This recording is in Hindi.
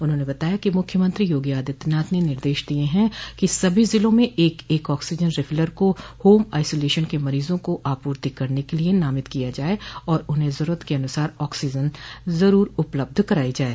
उन्होंने बताया कि मुख्यमंत्री योगी आदित्यनाथ ने निर्देश दिये है कि सभी जिलों में एक एक ऑक्सीजन रिफिलर को होम आइसोलेशन के मरीजों को आपूर्ति करने के लिये नामित किया जाये और उन्हें जरूरत के अनुसार ऑक्सीजन जरूर उपलब्ध कराई जाये